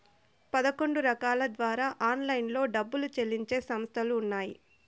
పదకొండు రకాల ద్వారా ఆన్లైన్లో డబ్బులు చెల్లించే సంస్థలు ఉన్నాయి